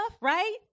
right